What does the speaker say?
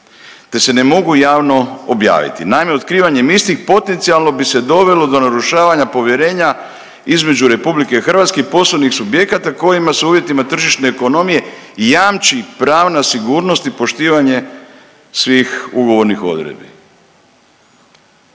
te se ne mogu javno objaviti. Naime, otkrivanjem istih potencijalno bi se dovelo do narušavanja povjerenja između RH i poslovnih subjekata kojima se u uvjetima tržišne ekonomije jamči pravna sigurnost i poštivanje svih ugovornih odredbi.